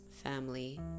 family